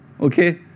okay